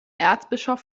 erzbischof